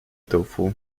tofu